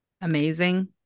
Amazing